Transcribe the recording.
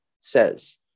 says